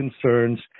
concerns